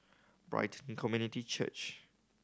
Brighton Community Church